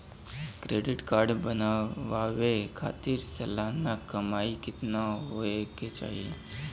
Credit card बनवावे खातिर सालाना कमाई कितना होए के चाही?